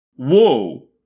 Whoa